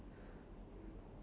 I haven't